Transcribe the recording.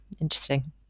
interesting